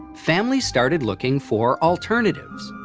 families started looking for alternatives.